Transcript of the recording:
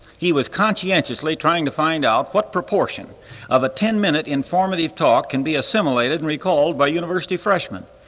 he was conscientiously trying to find out what proportion of a ten minute informative talk can be assimilated and recalled by university freshmen.